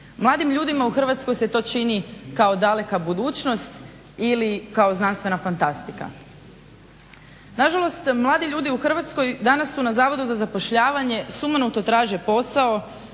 Mladim ljudima u Hrvatskoj se to čini kao daleka budućnost ili kao znanstvena fantastika. Na žalost, mladi ljudi u Hrvatskoj danas su na Zavodu za zapošljavanje, sumanuto traže posao